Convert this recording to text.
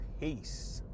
Peace